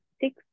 six